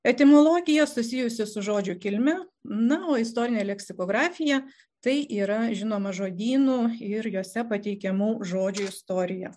etimologija susijusi su žodžių kilme na o istorinė leksikografija tai yra žinoma žodynų ir juose pateikiamų žodžių istorija